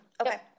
Okay